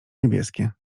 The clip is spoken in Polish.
niebieskie